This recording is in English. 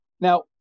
Now